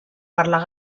parlar